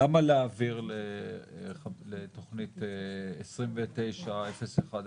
למה להעביר לתוכנית 29-01-02?